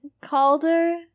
Calder